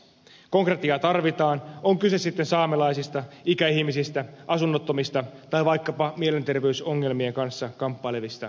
konkretiaa tarvitaan on kyse sitten saamelaisista ikäihmisistä asunnottomista tai vaikkapa mielenterveysongelmien kanssa kamppailevista ihmisistä